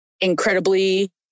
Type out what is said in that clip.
incredibly